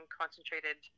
concentrated